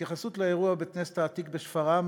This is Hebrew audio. התייחסות לאירוע בבית-הכנסת העתיק בשפרעם,